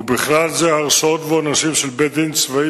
ובכלל זה הרשעות ועונשים של בית-דין צבאי